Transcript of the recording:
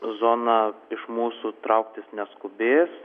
zona iš mūsų trauktis neskubės